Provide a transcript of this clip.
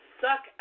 suck